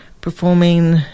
performing